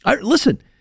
Listen